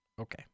Okay